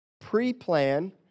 Pre-plan